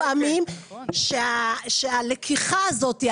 הם לא מבינים לפעמים שהלקיחה הזאת,